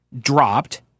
dropped